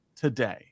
today